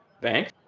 Bank